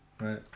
Right